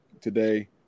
today